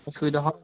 অসুবিধা হয়